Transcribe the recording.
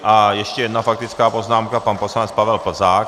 A ještě jedna faktická poznámka, pan poslanec Pavel Plzák.